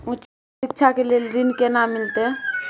उच्च शिक्षा के लेल ऋण केना मिलते?